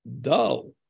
dull